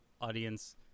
audience